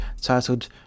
titled